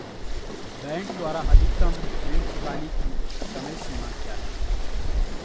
Bank द्वारा अधिकतम ऋण चुकाने की समय सीमा क्या है?